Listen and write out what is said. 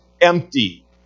empty